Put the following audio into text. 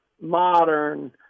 modern